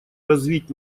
развить